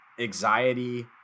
anxiety